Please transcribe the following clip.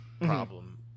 problem